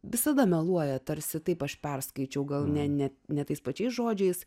visada meluoja tarsi taip aš perskaičiau gal ne ne ne tais pačiais žodžiais